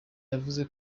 yavuze